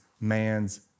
man's